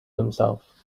himself